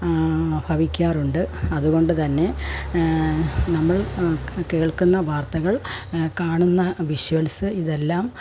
ഭവിക്കാറുണ്ട് അതുകൊണ്ടുതന്നെ നമ്മൾ കേൾക്കുന്ന വാർത്തകൾ കാണുന്ന വിഷ്വൽസ് ഇതെല്ലാം